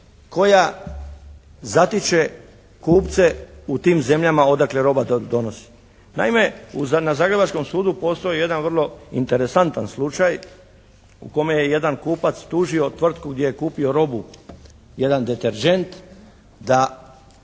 koja zatiče kupce u tim zemljama odakle roba dolazi. Naime, na zagrebačkom sudu postoji jedan vrlo interesantan slučaj u kome je jedan kupac tužio tvrtku gdje je kupio robu, jedan deterdžent da